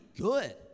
good